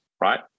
right